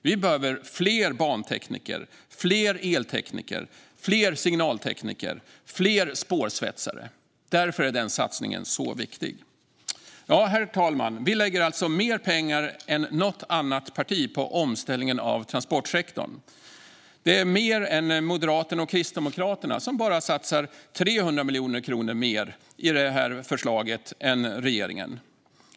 Vi behöver fler bantekniker, eltekniker, signaltekniker och fler spårsvetsare. Därför är denna satsning viktig. Herr talman! Vi lägger alltså mer pengar än något annat parti på omställningen av transportsektorn. Vi lägger mer än Moderaterna och Kristdemokraterna, som bara satsar 300 miljoner kronor mer än regeringen.